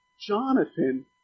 Jonathan